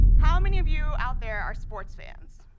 how many of you out there are sports fans?